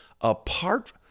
apart